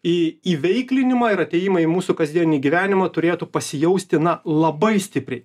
į įveiklinimą ir atėjimą į mūsų kasdienį gyvenimą turėtų pasijausti na labai stipriai